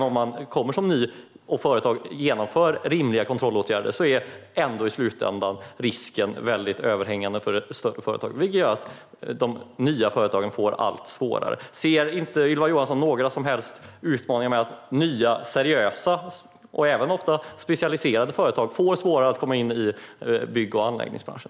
Om man kommer som ny och företag genomför rimliga kontrollåtgärder är risken i slutändan ändå överhängande för större företag, vilket gör att de nya företagen får det allt svårare. Ser inte Ylva Johansson några som helst utmaningar med att nya, seriösa och även ofta specialiserade företag får svårare att komma in i bygg och anläggningsbranschen?